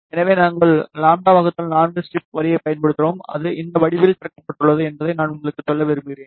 எனவே நாங்கள் λ 4 ஸ்ட்ரிப் வரியைப் பயன்படுத்தினோம் அது இந்த முடிவில் திறக்கப்பட்டுள்ளது என்பதை நான் உங்களுக்குச் சொல்ல விரும்புகிறேன்